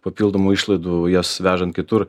papildomų išlaidų jas vežant kitur